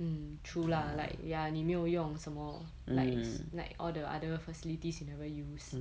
mm true lah like ya 你没有用什么 lights like all the other facilities you never use